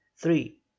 three